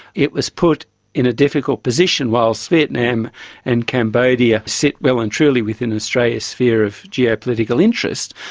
it was put in a difficult position. whilst vietnam and cambodia sit well and truly within australia's sphere of geopolitical interest,